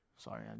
Sorry